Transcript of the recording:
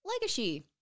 Legacy